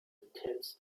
intense